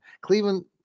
Cleveland